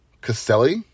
Caselli